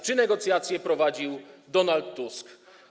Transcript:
Czy negocjacje prowadził Donald Tusk?